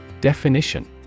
Definition